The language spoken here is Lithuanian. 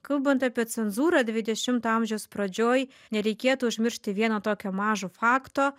kalbant apie cenzūrą dvidešimto amžiaus pradžioj nereikėtų užmiršti vieno tokio mažo fakto